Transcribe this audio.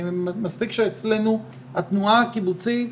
מספיק שאצלנו התנועה הקיבוצית,